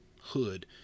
hood